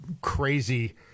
crazy